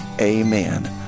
Amen